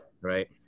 Right